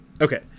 okay